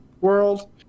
World